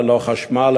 ללא חשמל,